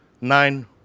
nine